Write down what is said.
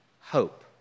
hope